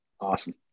Awesome